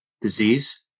disease